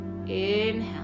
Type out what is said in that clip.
Inhale